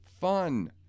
Fun